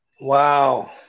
wow